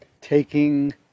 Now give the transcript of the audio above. taking